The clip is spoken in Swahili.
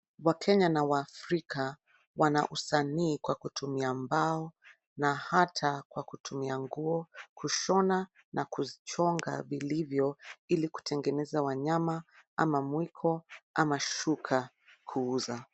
Wakenya na waafrika wana usanii kwa kutumia mbao na hata kwa kutumia nguo kushona na kuchonga vilivyo ili kutengeneza wanyama ama mwiko ama shuka kuuza.